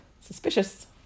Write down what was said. Suspicious